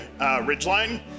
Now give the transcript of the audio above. Ridgeline